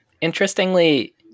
Interestingly